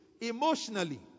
Emotionally